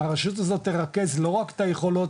הרשות הזאת תרכז לא רק את היכולות,